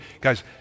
guys